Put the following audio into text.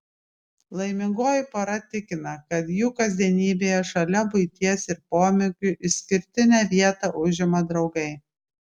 laimingoji pora tikina kad jų kasdienybėje šalia buities ir pomėgių išskirtinę vietą užima draugai